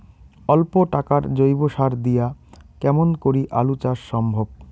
অল্প টাকার জৈব সার দিয়া কেমন করি আলু চাষ সম্ভব?